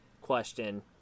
question